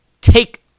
take